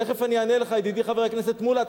תיכף אני אענה לך, ידידי חבר הכנסת מולה.